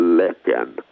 licking